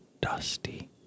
dusty